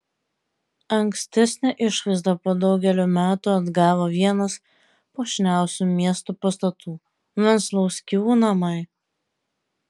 ankstesnę išvaizdą po daugelio metų atgavo vienas puošniausių miesto pastatų venclauskių namai